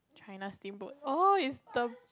China steamboat oh is the